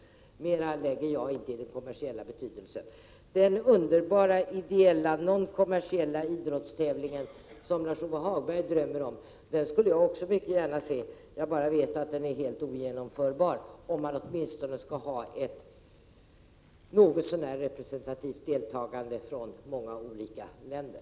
Mera lägger jag inte in i ordet kommersiell. Den underbara ideella, icke kommersiella idrottstävling som Lars-Ove Hagberg drömmer om skulle jag också gärna vilja se, men vi vet att den är helt ogenomförbar om man skall ha ett någorlunda representativt deltagande från många olika länder.